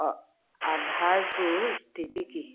আধাৰটোৰ স্থিতি কি